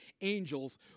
angels